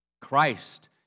Christ